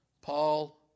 Paul